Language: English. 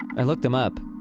i looked him up.